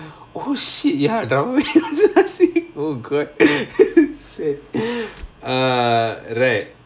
oh shit ya drama week was last week oh god err right